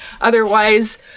otherwise